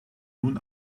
nun